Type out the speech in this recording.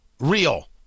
real